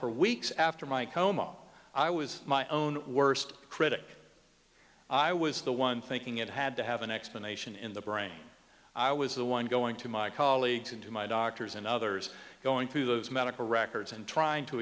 for weeks after my coma i was my own worst critic i was the one thinking it had to have an explanation in the brain i was the one going to my colleagues and to my doctors and others going through those medical records and trying to